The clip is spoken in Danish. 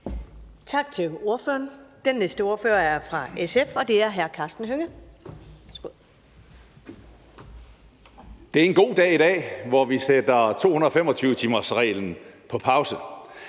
Det er en god dag i dag, hvor vi sætter 225-timersreglen på pause.